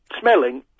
smelling